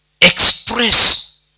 express